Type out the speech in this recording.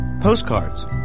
postcards